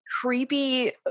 creepy